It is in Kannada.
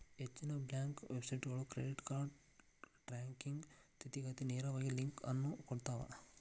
ಹೆಚ್ಚಿನ ಬ್ಯಾಂಕ್ ವೆಬ್ಸೈಟ್ಗಳು ಕ್ರೆಡಿಟ್ ಕಾರ್ಡ್ ಟ್ರ್ಯಾಕಿಂಗ್ ಸ್ಥಿತಿಗ ನೇರವಾಗಿ ಲಿಂಕ್ ಅನ್ನು ಕೊಡ್ತಾವ